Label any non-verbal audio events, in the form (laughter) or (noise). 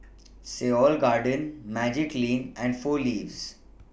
(noise) Seoul Garden Magiclean and four Leaves